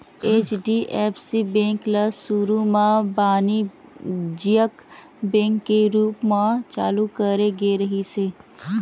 HDFC bank ल सुरू म बानिज्यिक बेंक के रूप म चालू करे गे रिहिस हे